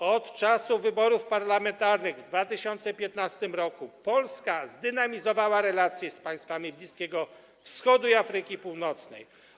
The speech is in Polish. Od czasu wyborów parlamentarnych w 2015 r. Polska zdynamizowała relacje z państwami Bliskiego Wschodu i Afryki Północnej.